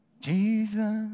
Jesus